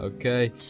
Okay